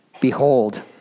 Behold